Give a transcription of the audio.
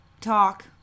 talk